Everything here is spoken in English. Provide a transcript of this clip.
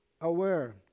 aware